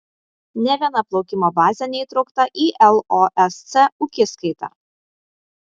nė viena plaukimo bazė neįtraukta į losc ūkiskaitą